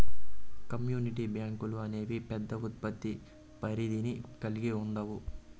community బ్యాంకులు అనేవి పెద్ద ఉత్పత్తి పరిధిని కల్గి ఉండవు